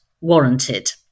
warranted